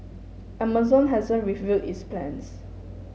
amazon hasn't its plans